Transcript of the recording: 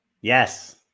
Yes